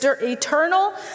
eternal